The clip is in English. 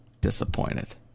disappointed